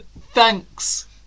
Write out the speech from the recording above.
thanks